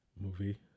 movie